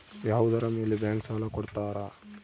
ಯಾವುದರ ಮೇಲೆ ಬ್ಯಾಂಕ್ ಸಾಲ ಕೊಡ್ತಾರ?